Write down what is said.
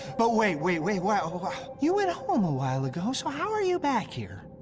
but wait, wait, wait, why. you went home a while ago, so how are you back here?